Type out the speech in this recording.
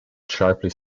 sharply